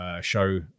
show